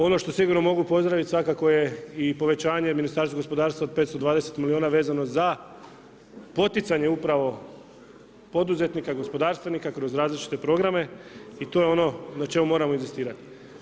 Ono što sigurno mogu pozdraviti svakako je i povećanje Ministarstvu gospodarstva 520 milijuna vezano za poticanje upravo poduzetnika, gospodarstvenika kroz različite programe i to je ono na čemu moramo inzistirati.